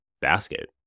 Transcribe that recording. basket